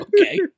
Okay